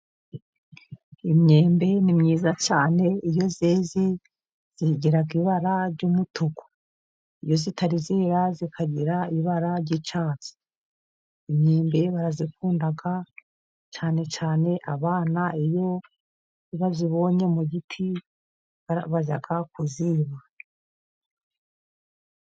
Imyembe ni myiza cyane. Iyo yeze igira ibara ry'umutuku. Iyo itari yera ikagira ibara ry'icyatsi. imyembe barayikunda cyane cyane abana, iyo bayibonye mu giti bajya kuyiba.